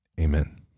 Amen